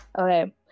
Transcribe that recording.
Okay